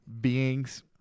beings